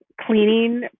cleaning